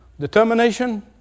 Determination